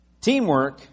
Teamwork